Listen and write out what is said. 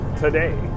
today